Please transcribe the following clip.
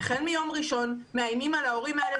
החל מיום ראשון מאיימים על ההורים האלה